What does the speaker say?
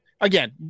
again